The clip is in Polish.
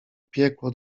piekło